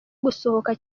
gusohoka